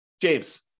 James